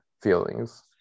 feelings